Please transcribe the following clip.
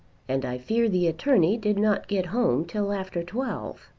and i fear the attorney did not get home till after twelve.